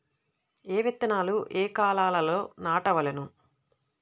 ఏ విత్తనాలు ఏ కాలాలలో నాటవలెను?